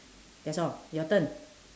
that's all your turn